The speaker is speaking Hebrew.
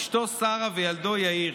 אשתו שרה וילדו יאיר,